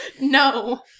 No